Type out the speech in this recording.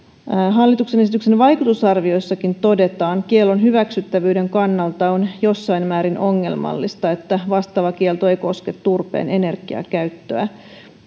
hallituksen esityksen vaikutusarviossakin todetaan kiellon hyväksyttävyyden kannalta on jossain määrin ongelmallista että vastaava kielto ei koske turpeen energiakäyttöä